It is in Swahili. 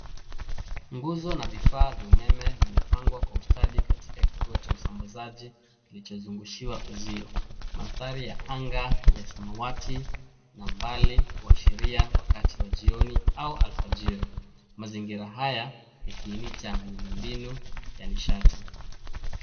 Nguzo na vifaa vya umeme vimepangwa kwa ustadi katika cha usambazaji kilichozugushiwa uzio. Mandhari ya anga ya samawati na mbali kuashiria wakati wa jioni au slfajiri. Mazingira haya ni kiini cha miundo mbinu ya nishati.